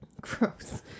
Gross